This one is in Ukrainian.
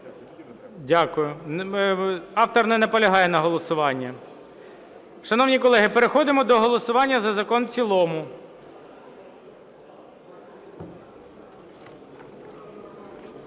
Дякую. Автор не наполягає на голосуванні. Шановні колеги, переходимо до голосування за закон в цілому.